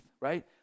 right